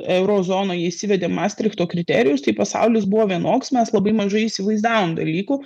euro zonoj įsivedėm mastrichto kriterijus tai pasaulis buvo vienoks mes labai mažai įsivaizdavom dalykų